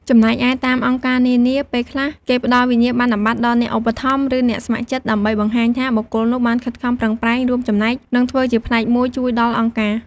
ចំណែកឯតាមអង្គការនានា ពេលខ្លះគេផ្ដល់វិញ្ញាបនបត្រដល់អ្នកឧបត្ថម្ភ ឬ អ្នកស្ម័គ្រចិត្តដើម្បីបង្ហាញថា បុគ្គលនោះបានខិតខំប្រឹងប្រែងរួមចំណែក និងធ្វើជាផ្នែកមួយជួយដល់អង្គការ។